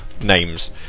names